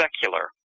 secular